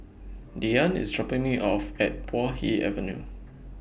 Diane IS dropping Me off At Puay Hee Avenue